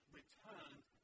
returned